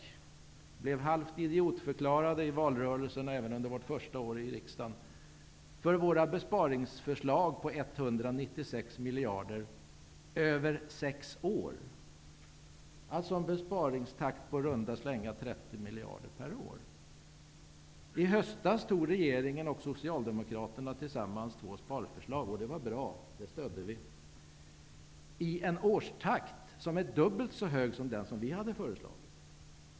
Vi blev halvt idiotförklarade under valrörelsen och även under vårt första år i riksdagen för våra besparingsförslag på 196 miljarder över sex år. En besparingstakt på i runda slängar 30 miljarder per år. I höstas antog regeringen och Socialdemokraterna tillsammans två sparförslag -- det var bra, det stödde vi -- i en årstakt som är dubbelt så hög som den vi hade föreslagit.